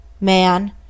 man